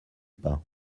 pas